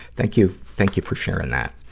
thank you, thank you for sharing that.